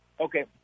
Okay